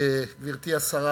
אתה עשית טוב, כבוד היושב-ראש.